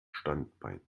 standbein